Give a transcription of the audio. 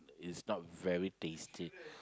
it's not very tasty